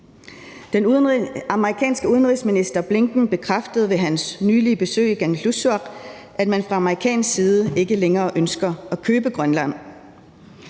Den amerikanske udenrigsminister Blinken bekræftede ved sit nylige besøg i Kangerlussuaq, at man fra amerikansk side ikke længere ønsker at købe Grønland.